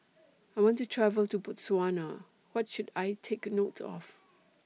I want to travel to Botswana What should I Take note of